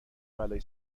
بلایی